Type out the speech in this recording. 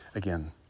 Again